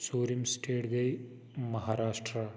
ژوٗرِم سٹیٹ گٔے مہاراشٹرٛا